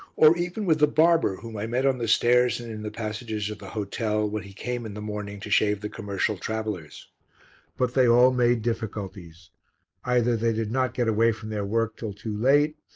or even with the barber whom i met on the stairs and in the passages of the hotel when he came in the morning to shave the commercial travellers but they all made difficulties either they did not get away from their work till too late,